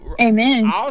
amen